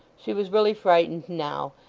she was really frightened now,